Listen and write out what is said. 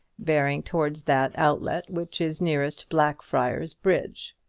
bearing towards that outlet which is nearest blackfriars bridge.